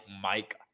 Mike